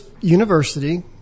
University